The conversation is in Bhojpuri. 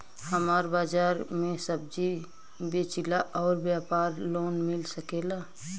हमर बाजार मे सब्जी बेचिला और व्यापार लोन मिल सकेला?